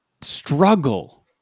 struggle